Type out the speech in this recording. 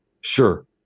sure